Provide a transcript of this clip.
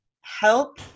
help